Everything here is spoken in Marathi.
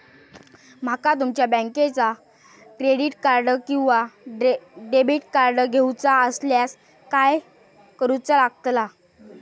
माका तुमच्या बँकेचा क्रेडिट कार्ड किंवा डेबिट कार्ड घेऊचा असल्यास काय करूचा लागताला?